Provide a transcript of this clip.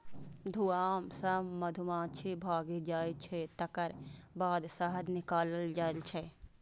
धुआं सं मधुमाछी भागि जाइ छै, तकर बाद शहद निकालल जाइ छै